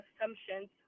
assumptions